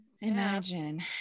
imagine